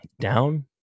down